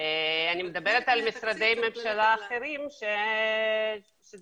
אני מדברת על משרדי ממשלה אחרים שזה